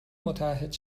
متعهد